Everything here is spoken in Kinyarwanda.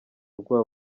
ubwoba